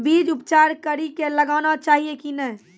बीज उपचार कड़ी कऽ लगाना चाहिए कि नैय?